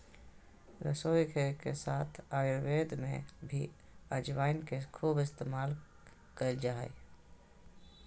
रसोईघर के साथ आयुर्वेद में भी अजवाइन के खूब इस्तेमाल कइल जा हइ